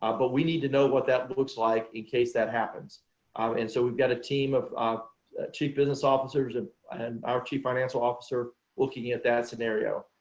ah but we need to know what that looks like in case that happens and so we've got a team of chief business officers and and our chief financial officer looking at that scenario.